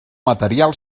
material